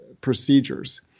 procedures